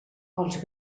els